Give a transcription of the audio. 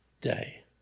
day